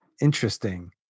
interesting